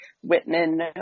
Whitman